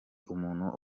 umuntu